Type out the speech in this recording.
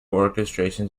orchestrations